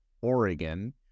Oregon